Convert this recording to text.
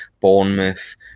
Bournemouth